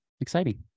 exciting